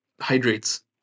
hydrates